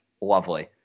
Lovely